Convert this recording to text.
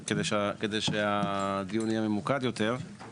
כדי שהדיון יהיה ממוקד יותר.